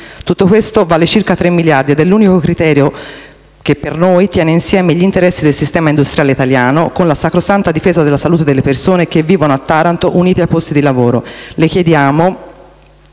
Tutto questo vale circa tre miliardi, ed è l'unico criterio che per noi tiene insieme gli interessi del sistema industriale italiano con la sacrosanta difesa della salute delle persone che vivono a Taranto, unitamente ai posti di lavoro. Le chiediamo,